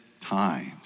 times